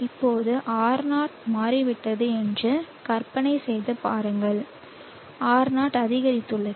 இப்போது R0 மாறிவிட்டது என்று கற்பனை செய்து பாருங்கள் R0 அதிகரித்துள்ளது